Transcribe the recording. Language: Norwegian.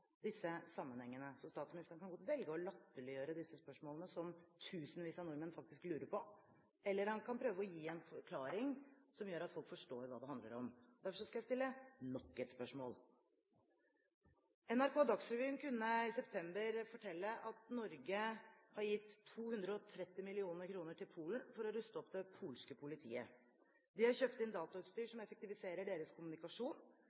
eller han kan prøve å gi en forklaring som gjør at folk forstår hva det handler om. Derfor skal jeg stille nok et spørsmål. NRK Dagsrevyen kunne i september fortelle at Norge har gitt 230 mill. kr til Polen for å ruste opp det polske politiet. Det er kjøpt inn datautstyr som effektiviserer deres kommunikasjon,